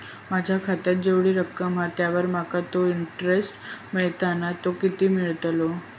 माझ्या खात्यात जेवढी रक्कम हा त्यावर माका तो इंटरेस्ट मिळता ना तो किती मिळतलो?